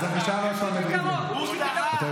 אז אני אשאל עוד פעם את ריבלין.